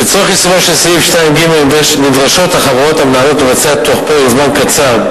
לצורך יישומו של סעיף 2ג נדרשות החברות המנהלות לבצע תוך פרק זמן קצר,